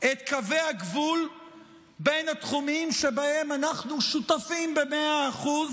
את קווי הגבול בין התחומים שבהם אנחנו שותפים במאה אחוז